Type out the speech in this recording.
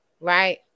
right